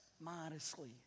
modestly